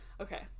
Okay